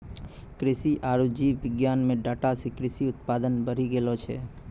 कृषि आरु जीव विज्ञान मे डाटा से कृषि उत्पादन बढ़ी गेलो छै